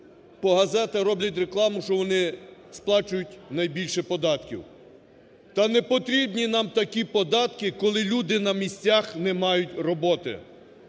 по газетах роблять рекламу, що вони сплачують найбільше податків. Та не потрібні нам такі податки, коли люди на місцях не мають роботи!